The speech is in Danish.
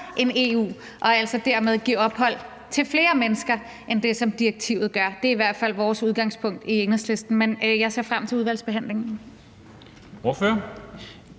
end EU og altså dermed give ophold til flere mennesker end det, som direktivet gør. Det er i hvert fald vores udgangspunkt i Enhedslisten. Men jeg ser frem til udvalgsbehandlingen.